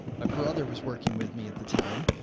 my brother was working with me at the time,